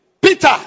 Peter